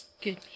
good